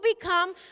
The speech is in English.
become